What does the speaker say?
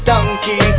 Donkey